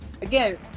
Again